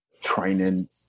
training